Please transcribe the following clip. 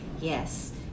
Yes